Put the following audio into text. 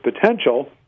potential